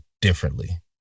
differently